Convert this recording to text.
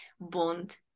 bond